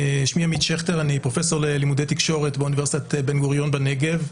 אני פרופסור ללימודי תקשורת באוניברסיטת בן-גוריון בנגב.